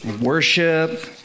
Worship